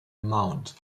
mound